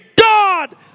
God